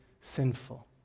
sinful